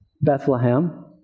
Bethlehem